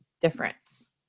difference